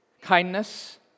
Kindness